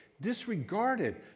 disregarded